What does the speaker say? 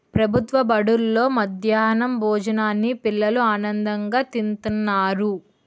ప్రభుత్వ బడుల్లో మధ్యాహ్నం భోజనాన్ని పిల్లలు ఆనందంగా తింతన్నారు